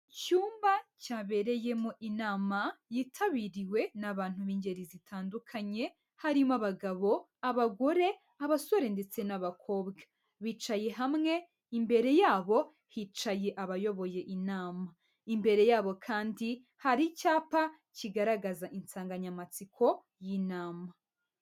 Icyumba cyabereyemo inama yitabiriwe n'abantu b'ingeri zitandukanye harimo abagabo, abagore, abasore ndetse n'abakobwa. Bicaye hamwe, imbere yabo hicaye abayoboye inama. Imbere yabo kandi hari icyapa kigaragaza insanganyamatsiko y'inama.